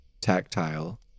tactile